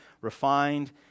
refined